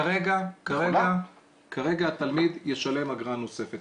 כרגע התלמיד ישלם אגרה נוספת.